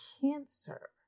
Cancer